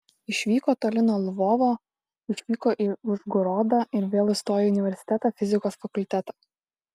išvyko toli nuo lvovo išvyko į užgorodą ir vėl įstojo į universitetą fizikos fakultetą